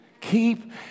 Keep